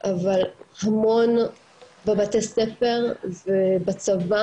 אבל בבתי ספר, זה בצבא